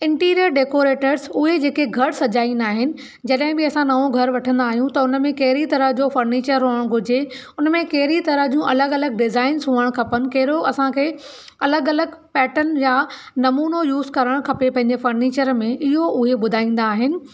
interior decorators उहे जेके घरु सजाईंदा आहिनि जॾहिं बि असां नओ घरु वठंदा आहियूं त उनमे कहिड़ी तरह जो फर्नीचर हुजणु घुरिजे उनमे कहिड़ी तरह जूं अलॻि अलॻि डिजाईंनसि हुजणु खपनि केरो असांखे अलॻि अलॻि पैटर्न जा नमूनों यूस करण खपे पंहिंजे फर्नीचर मे इहो उहे ॿुधाईंदा आहिनि